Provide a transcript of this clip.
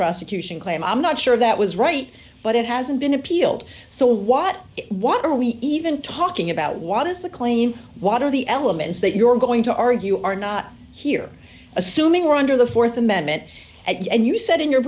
prosecution claim i'm not sure that was right but it hasn't been appealed so what what are we even talking about what is the claim what are the elements that you're going to argue are not here assuming we're under the th amendment and you said in your